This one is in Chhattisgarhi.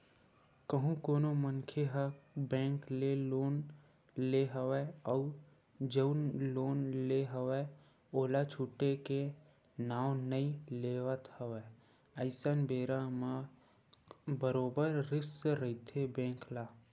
कहूँ कोनो मनखे ह बेंक ले लोन ले हवय अउ जउन लोन ले हवय ओला छूटे के नांव नइ लेवत हवय अइसन बेरा म बरोबर रिस्क रहिथे बेंक ल